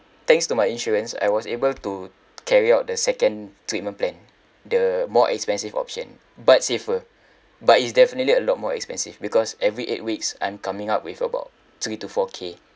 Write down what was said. thanks to my insurance I was able to carry out the second treatment plan the more expensive option but safer but it's definitely a lot more expensive because every eight weeks I'm coming up with about three to four K